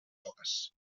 soques